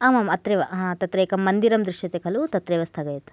आम् आम् अत्रैव तत्र एकं मन्दिरं दृश्यते खलु तत्रैव स्थगयतु